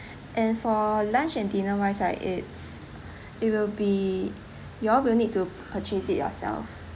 and for lunch and dinner wise right it's it will be you all will need to purchase it yourself